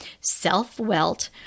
self-welt